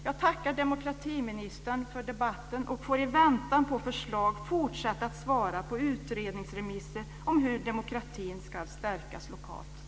Jag tackar demokratiministern för debatten och får i väntan på förslag fortsätta att svara på utredningsremisser om hur demokratin ska stärkas lokalt.